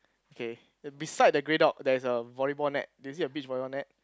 okay beside the grey dog there's a volleyball net is it a beach volleyball net